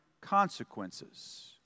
consequences